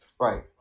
Right